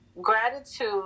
gratitude